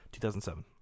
2007